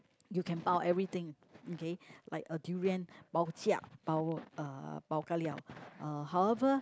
you can pau everything okay like a durian pau-jiak power uh pau-ka-liao however